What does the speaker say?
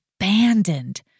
abandoned